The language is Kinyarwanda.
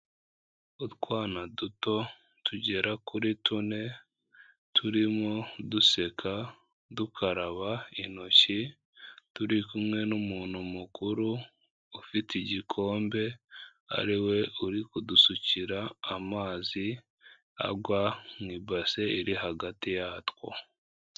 Utwana duto tugera kuri tune turimo duseka, dukaraba intoki turi kumwe n'umuntu mukuru ufite igikombe ariwe uri kudusukira amazi agwa mu ibase iri hagati yatwo.